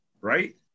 Right